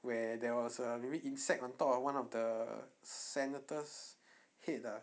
where there was a maybe insect on top of one of the senator's head ah